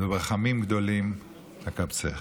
וברחמים גדולים אקבצך.